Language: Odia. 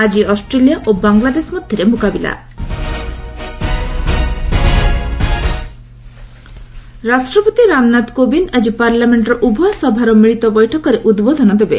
ଆଜି ଅଷ୍ଟ୍ରେଲିଆ ଓ ବାଂଲାଦେଶ ମଧ୍ୟରେ ମୁକାବିଲା ପ୍ରେସିଡେଣ୍ଟ୍ ଆଡ୍ରେସ୍ ରାଷ୍ଟ୍ରପତି ରାମନାଥ କୋବିନ୍ଦ ଆଜି ପାର୍ଲାମେଣ୍ଟର ଉଭୟ ସଭାର ମିଳିତ ବୈଠକରେ ଉଦ୍ବୋଧନ ଦେବେ